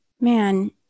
Man